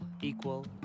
equal